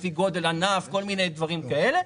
לפי גודל ענף וכל מיני דברים כאלה.